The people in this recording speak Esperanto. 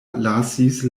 lasis